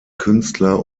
künstler